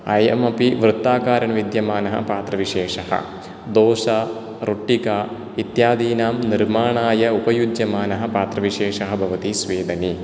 अयम् अपि वृत्ताकारविद्यमानः पात्रविशेषः दोशा रोट्टिका इत्यादीनां निर्माणाय उपयुज्यमानः पात्रविशेषः भवति स्वेदनी